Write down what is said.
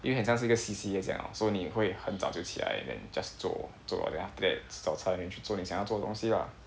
因为像是一个 C_C_A 这样所以你会很早就起来 then just 做做 then after that 吃早餐 then 去做你想要做的东西啦